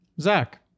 Zach